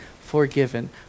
forgiven